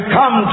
come